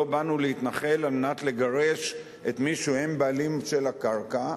לא באנו להתנחל על מנת לגרש את מי שהם בעלים של הקרקע,